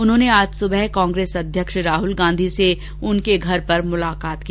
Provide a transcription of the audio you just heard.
उन्होंने आज सुबह कांग्रेस अध्यक्ष राहुल गांधी से उनके घर पर मुलाकात की